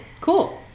Cool